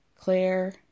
Claire